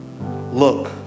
Look